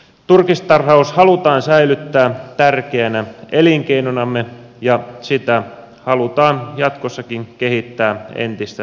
turkistarhaus halutaan säilyttää tärkeänä elinkeinonamme ja sitä halutaan jatkossakin kehittää entistä laadukkaammaksi